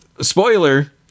Spoiler